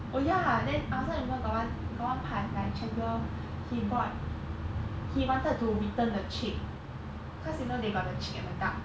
oh ya then I also remember got one got one part like chandler he bought he wanted to return the chick cause you know they got the chick and the duck